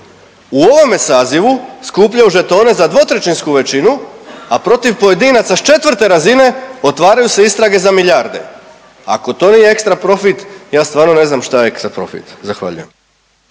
U ovome sazivu skupljaju žetone za dvotrećinsku većinu, a protiv pojedinaca s četvrte razine otvaraju se istrage za milijarde. Ako to nije ekstra profit ja stvarno ne znam šta je ekstra profit. Zahvaljujem.